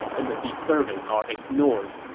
and the deserving are ignored.